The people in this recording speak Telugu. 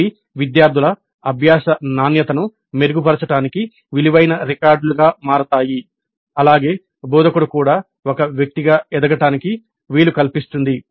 ఇవి విద్యార్థుల అభ్యాస నాణ్యతను మెరుగుపరచడానికి విలువైన రికార్డులుగా మారతాయి అలాగే బోధకుడు కూడా ఒక వ్యక్తిగా ఎదగడానికి వీలు కల్పిస్తుంది